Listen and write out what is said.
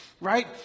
Right